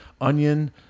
onion